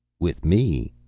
with me?